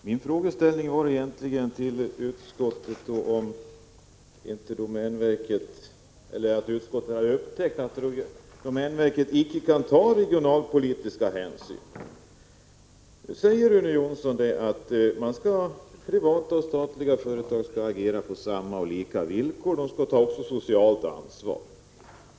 Herr talman! Min fråga är egentligen om utskottet har upptäckt att domänverket inte kan ta regionalpolitiska hänsyn. Rune Jonsson säger att privata och statliga företag skall agera på lika villkor — de skall ta socialt ansvar.